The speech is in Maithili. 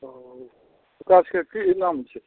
ओ ओकरा सबके कि नाम छै